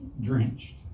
drenched